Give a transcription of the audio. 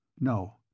No